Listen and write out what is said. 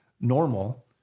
normal